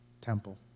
temple